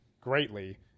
Greatly